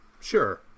Sure